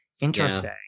Interesting